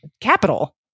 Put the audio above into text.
capital